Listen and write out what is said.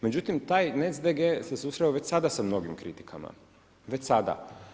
Međutim, taj NnetzDG. se susreo već sada sa mnogim kritikama, već sada.